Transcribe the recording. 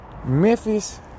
Memphis